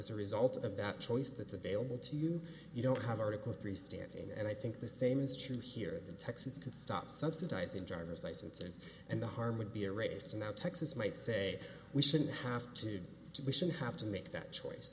as a result of that choice that's available to you you don't have article three standing and i think the same is true here in texas could stop subsidizing driver's licenses and the harm would be a race to now texas might say we shouldn't have to need to be should have to make that choice